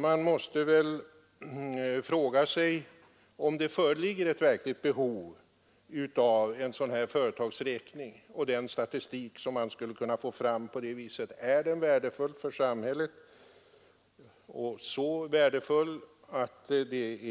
Man måste fråga sig om det föreligger ett verkligt behov av en sådan här företagsräkning och den statistik som man skulle kunna få fram genom räkningen. Är den värdefull för samhället, så värdefull att det